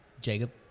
Jacob